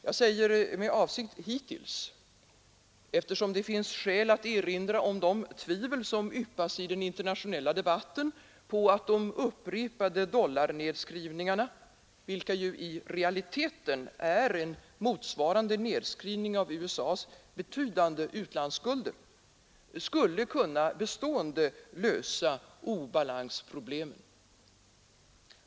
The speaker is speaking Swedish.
Jag säger med avsikt hittills, eftersom det finns skäl att erinra om de tvivel som yppas i den internationella debatten på att de upprepade dollarnedskrivningarna — vilka ju i realiteten innebär en motsvarande nedskrivning av USA :s betydande utlandsskulder — skulle kunna bestående lösa obalansproblemen.